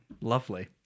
Lovely